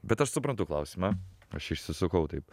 bet aš suprantu klausimą aš išsisukau taip